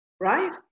right